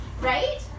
right